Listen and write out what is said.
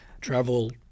travel